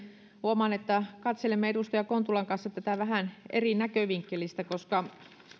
huomaan että katselemme edustaja kontulan kanssa tätä vähän eri näkövinkkelistä